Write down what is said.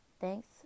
Thanks